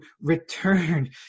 returned